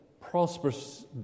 prosperous